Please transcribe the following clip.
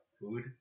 food